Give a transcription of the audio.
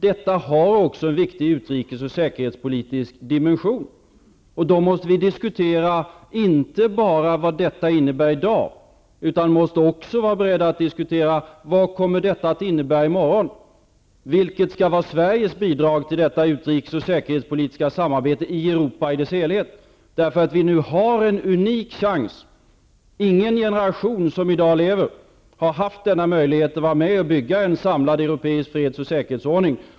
Detta har också en viktig utrikes och säkerhetspolitisk dimension. Då måste vi diskutera inte bara vad detta innebär i dag utan också vad detta kommer att innebära i morgon. Vilket skall vara Sveriges bidrag till detta utrikes och säkerhetspolitiska samarbete i Europa i dess helhet? Ingen generation som i dag lever har haft denna unika möjlighet att vara med och bygga en samlad europeisk freds och säkerhetsordning.